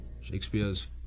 Shakespeare's